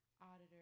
Auditor